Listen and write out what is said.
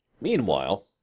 Meanwhile